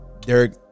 Derek